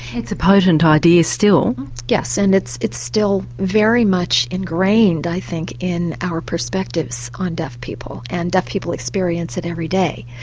it's a potent idea still. yes, and it's it's still very much engrained i think in our perspectives on deaf people, and deaf people experience it every day.